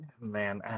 Man